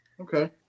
Okay